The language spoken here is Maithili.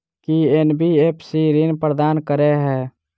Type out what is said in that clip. की एन.बी.एफ.सी ऋण प्रदान करे है?